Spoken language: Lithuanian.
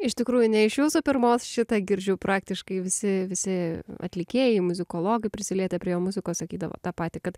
iš tikrųjų ne iš jūsų pirmos šitą girdžiu praktiškai visi visi atlikėjai muzikologai prisilietę prie jo muzikos sakydavo tą patį kad